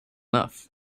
enough